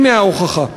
הנה ההוכחה.